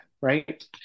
Right